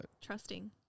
trusting